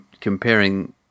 comparing